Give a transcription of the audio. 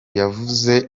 yavuze